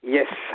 Yes